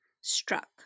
struck